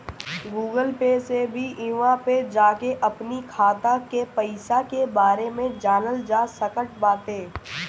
Google Pay से भी इहवा पे जाके अपनी खाता के पईसा के बारे में जानल जा सकट बाटे